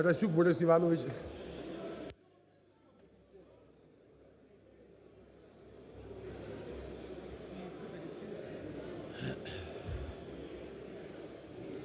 Дякую.